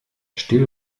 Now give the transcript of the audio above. still